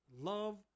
love